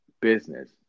business